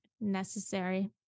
necessary